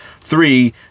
Three